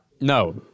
no